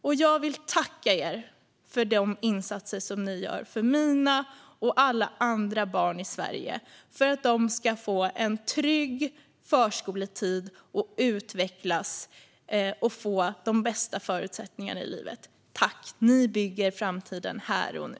Jag vill tacka er för de insatser som ni gör för mina och alla andra barn i Sverige för att de ska få en trygg förskoletid, utvecklas och få de bästa förutsättningarna i livet. Tack! Ni bygger framtiden här och nu.